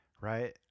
right